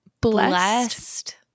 blessed